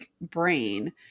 brain